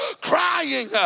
crying